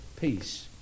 peace